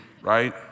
right